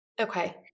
Okay